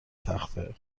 تخته